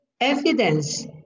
evidence